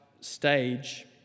stage